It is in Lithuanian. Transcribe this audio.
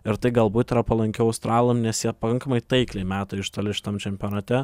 ir tai galbūt yra palankiau australam nes jie pakankamai taikliai meta iš toli šitam čempionate